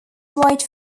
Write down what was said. white